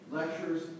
lectures